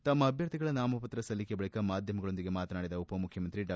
ತಮ್ನ ಅಭ್ದರ್ಥಿಗಳ ನಾಮಪತ್ರ ಸಲ್ಲಿಕೆ ಬಳಿಕ ಮಾಧ್ವಮದೊಂದಿಗೆ ಮಾತನಾಡಿದ ಉಪಮುಖ್ವಮಂತ್ರಿ ಡಾ